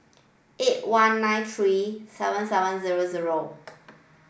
eight one nine three seven seven zero zero